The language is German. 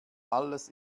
alles